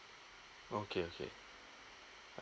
okay okay